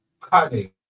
cutting